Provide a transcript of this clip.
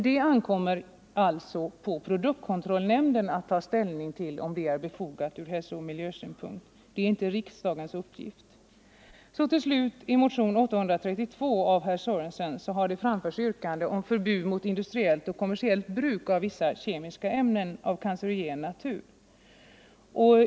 Det ankommer i så fall på produktkontrollnämnden att ta ställning till om det är befogat ur hälsooch miljösynpunkt; det är inte riksdagens uppgift. I motion 832 av herr Sörenson m.fl. har det framförts yrkande om förbud mot industriellt och kommersiellt bruk av vissa kemiska ämnen av cancerogen natur.